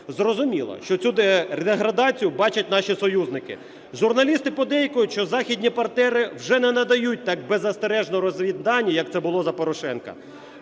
Зрозуміло, що цю деградацію бачать наші союзники. Журналісти подейкують, що західні партнери вже не надають так беззастережно розвіддані, як це було за Порошенка,